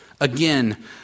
again